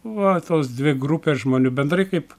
va tos dvi grupės žmonių bendrai kaip